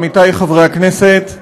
עמיתי חברי הכנסת,